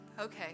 okay